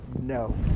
No